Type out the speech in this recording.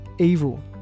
Evil